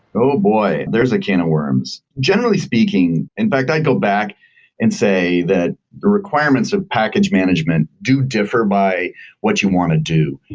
oh boy! there's a can of worms. generally speaking, in fact i'd go back and say that the requirements of package management do differ by what you want to do,